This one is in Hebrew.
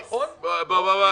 החלמה ליושב-ראש הרב גפני,